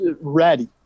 ready